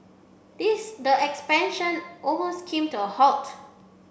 these expansion almost came to a halt